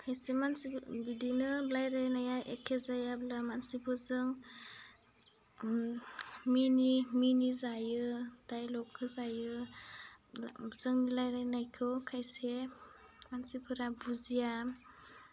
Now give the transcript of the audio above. खाये मानसि बिदिनो रायलायनाया एखे जायाब्ला मानसिफोरजों ओं मिनि मिनि जायो दायलक होजायो जोंनि रायलायनायखौ खायसे मानसिफोरा बुजिया